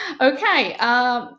okay